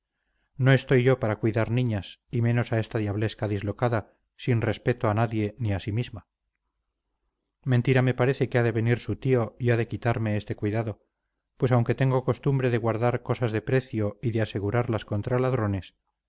no estoy yo para cuidar niñas y menos a esta diablesca dislocada sin respeto a nadie ni a mí misma mentira me parece que ha de venir su tío y ha de quitarme este cuidado pues aunque tengo costumbre de guardar cosas de precio y de asegurarlas contra ladrones